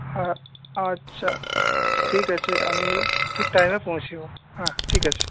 হ্যাঁ আচ্ছা ঠিক আছে আমি ঠিক টাইমে পৌঁছে যাব হ্যাঁ ঠিক আছে